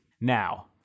Now